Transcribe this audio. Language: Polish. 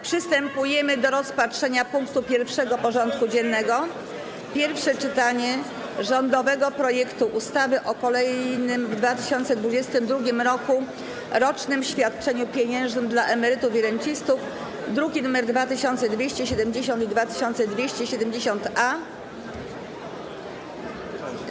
Przystępujemy do rozpatrzenia punktu 1. porządku dziennego: Pierwsze czytanie rządowego projektu ustawy o kolejnym w 2022 r. dodatkowym rocznym świadczeniu pieniężnym dla emerytów i rencistów (druki nr 2270 i 2270-A)